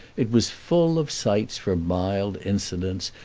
it was full of sites for mild incidents,